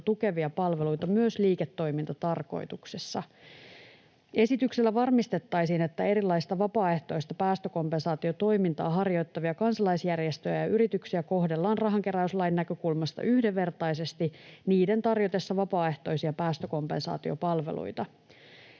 tukevia palveluita myös liiketoimintatarkoituksessa. Esityksellä varmistettaisiin, että erilaista vapaaehtoista päästökompensaatiotoimintaa harjoittavia kansalaisjärjestöjä ja yrityksiä kohdellaan rahankeräyslain näkökulmasta yhdenvertaisesti niiden tarjotessa vapaaehtoisia päästökompensaatiopalveluita.